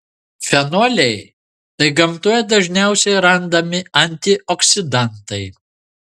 fenoliai tai gamtoje dažniausiai randami antioksidantai